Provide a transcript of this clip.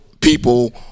people